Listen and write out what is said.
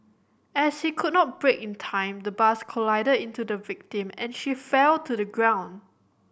as he could not brake in time the bus collided into the victim and she fell to the ground